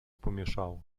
pomieszało